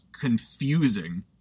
confusing